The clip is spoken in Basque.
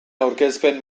aurkezpen